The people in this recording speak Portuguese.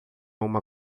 uma